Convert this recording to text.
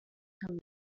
come